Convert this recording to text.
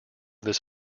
this